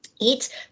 Eat